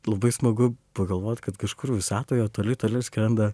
labai smagu pagalvot kad kažkur visatoje toli toli skrenda